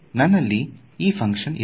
ನನ್ನಲ್ಲಿ ಈ ಫ್ಹಂಕ್ಷನ್ ಇದೆ